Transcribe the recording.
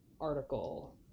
article